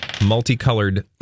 multicolored